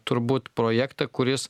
turbūt projektą kuris